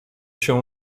się